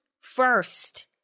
first